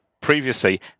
previously